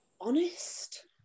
honest